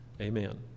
amen